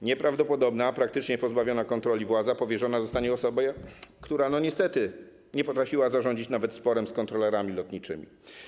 Nieprawdopodobna, praktycznie pozbawiona kontroli władza powierzona zostanie osobie, która niestety nie potrafiła zarządzić nawet sporem z kontrolerami lotniczymi.